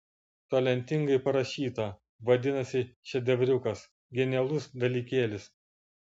talentingai parašyta vadinasi šedevriukas genialus dalykėlis